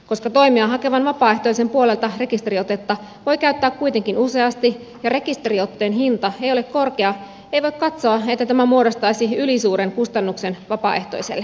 koska toimea hakevan vapaaehtoisen puolelta rekisteriotetta voi käyttää kuitenkin useasti ja rekisteriotteen hinta ei ole korkea ei voi katsoa että tämä muodostaisi ylisuuren kustannuksen vapaaehtoiselle